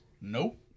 Nope